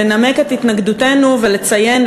לנמק את התנגדותנו ולציין,